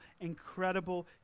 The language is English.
incredible